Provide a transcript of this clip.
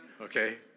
okay